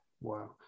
wow